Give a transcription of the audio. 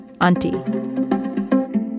auntie